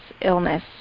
illness